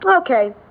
Okay